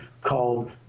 called